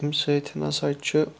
أمۍ سۭتٮ۪ن ہَسا چھُ